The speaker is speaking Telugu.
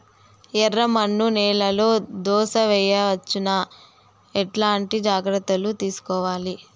ఎర్రమన్ను నేలలో దోస వేయవచ్చునా? ఎట్లాంటి జాగ్రత్త లు తీసుకోవాలి?